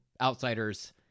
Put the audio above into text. outsiders